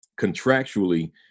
contractually